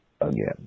again